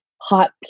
hot